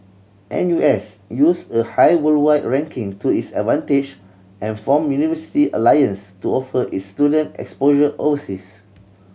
N U S used a high worldwide ranking to its advantage and formed university alliance to offer its student exposure overseas